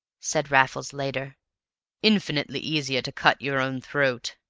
said raffles later infinitely easier to cut your own throat.